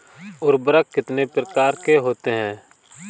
उर्वरक कितने प्रकार के होते हैं?